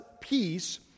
peace